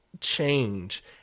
change